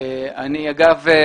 אגב,